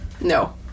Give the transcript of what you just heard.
No